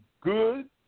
good